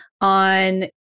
on